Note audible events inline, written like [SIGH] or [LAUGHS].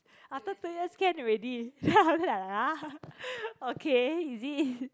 after two years can already [LAUGHS] then after !huh! okay is it